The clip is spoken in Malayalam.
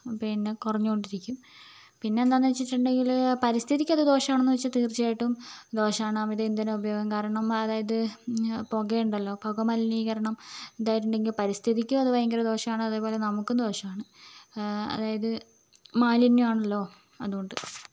പിന്നെ കുറഞ്ഞ് കൊണ്ടിരിക്കും പിന്നെന്താന്ന് വെച്ചിട്ടുണ്ടെങ്കില് പരിസ്ഥിതിക്കത് ദോഷമാണോയെന്ന് ചോദിച്ചിട്ടുണ്ടെങ്കിൽ അത് തീർച്ചയായിട്ടും ദോഷമാണ് അമിത ഇന്ധന ഉപയോഗം കാരണം അതായത് പുക ഉണ്ടല്ലോ പുക മലിനീകരണം ഉണ്ടായിട്ടുണ്ടെങ്കിൽ പരിസ്ഥിതിക്കും അത് ഭയങ്കര ദോഷമാണ് അതേപോലെ നമുക്കും ദോഷമാണ് അതായത് മാലിന്യം ആണല്ലോ അതു കൊണ്ട്